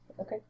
Okay